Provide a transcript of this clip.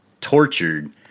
tortured